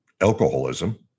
alcoholism